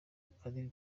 padiri